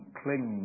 cling